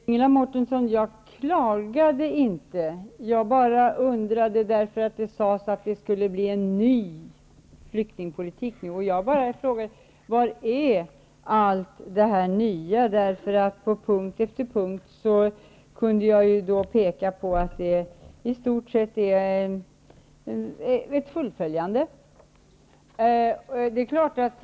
Fru talman! Nej, Ingela Mårtensson, jag klagade inte. Men det sades att det skulle bli en ny flyktingpolitik nu, och jag bara frågade: Var finns allt det nya? På punkt efter punkt kunde jag peka på att det i stort sett är ett fullföljande av den tidigare politiken.